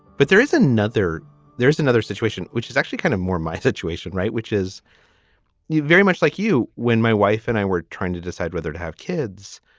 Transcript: but there is another there's another situation which is actually kind of more my situation right which is very much like you when my wife and i were trying to decide whether to have kids.